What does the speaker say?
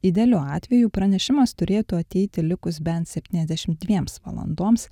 idealiu atveju pranešimas turėtų ateiti likus bent septyniasdešim dviems valandoms